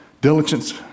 diligence